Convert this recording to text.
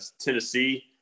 Tennessee